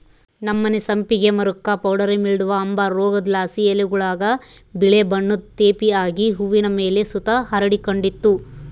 ನಮ್ಮನೆ ಸಂಪಿಗೆ ಮರುಕ್ಕ ಪೌಡರಿ ಮಿಲ್ಡ್ವ ಅಂಬ ರೋಗುದ್ಲಾಸಿ ಎಲೆಗುಳಾಗ ಬಿಳೇ ಬಣ್ಣುದ್ ತೇಪೆ ಆಗಿ ಹೂವಿನ್ ಮೇಲೆ ಸುತ ಹರಡಿಕಂಡಿತ್ತು